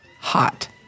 Hot